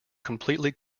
completely